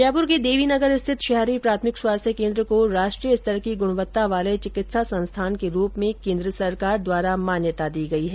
जयपुर के देवीनगर स्थित शहरी प्राथमिक स्वास्थ्य केन्द्र को राष्ट्रीय स्तर की गुणवत्ता वाले चिकित्सा संस्थान के रूप में केन्द्र सरकार द्वारा मान्यता प्रदान की गयी है